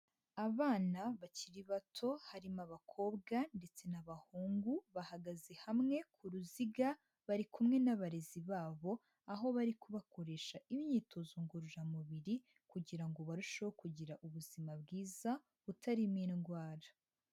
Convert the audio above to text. Abana bakiri bato harimo abakobwa ndetse n'abahungu, bahagaze hamwe ku ruziga bari kumwe n'abarezi babo, aho bari kubakoresha imyitozo ngororamubiri kugira ngo barusheho kugira ubuzima bwiza butarimo indwara.